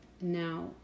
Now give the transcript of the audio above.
Now